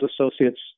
associates